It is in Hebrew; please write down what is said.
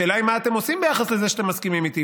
השאלה היא מה אתם עושים ביחס לזה שאתם מסכימים איתי,